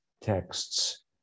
texts